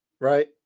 right